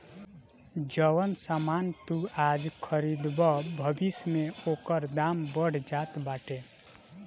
जवन सामान तू आज खरीदबअ भविष्य में ओकर दाम बढ़ जात बाटे